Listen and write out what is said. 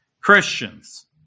Christians